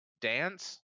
dance